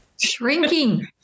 shrinking